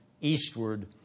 eastward